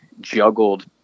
juggled